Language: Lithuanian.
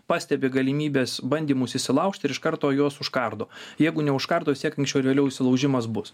pastebi galimybes bandymus įsilaužt ir iš karto juos užkardo jeigu neužkardo vis tiek anksčiau ar vėliau įsilaužimas bus